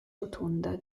rotonda